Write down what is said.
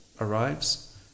arrives